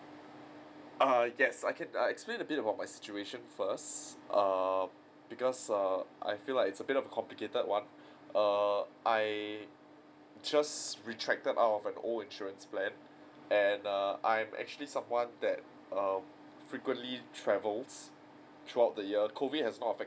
uh yes I can err explain a bit about my situation first err because err I feel like it's a bit of complicated one err I just retracted out of an old insurance plan and err I'm actually someone that um frequently travels throughout the year COVID has not